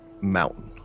mountain